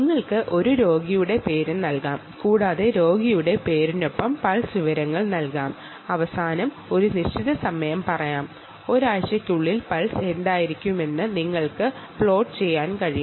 നിങ്ങൾക്ക് ഒരു രോഗിയുടെ പേര് നൽകാം കൂടാതെ രോഗിയുടെ പേരിനൊപ്പം പൾസ് വിവരങ്ങൾ നൽകാം അവസാനം ഒരു നിശ്ചിത സമയം പറയാം ഒരാഴ്ചയ്ക്കുള്ളിൽ പൾസ് എന്തായിരുന്നുവെന്ന് നിങ്ങൾക്ക് പ്ലോട്ട് ചെയ്യാൻ കഴിയും